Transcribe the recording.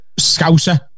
scouser